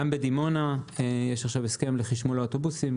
גם בדימונה יש עכשיו הסכם לחשמול האוטובוסים,